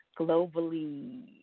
globally